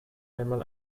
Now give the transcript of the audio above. einmal